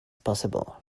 possible